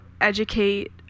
educate